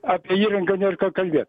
apie įrangą nėr ką kalbėt